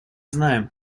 знаем